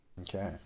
okay